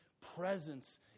presence